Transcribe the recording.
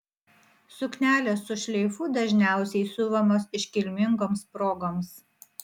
suknelės su šleifu dažniausiai siuvamos iškilmingoms progoms